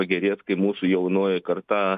pagerės kai mūsų jaunoji karta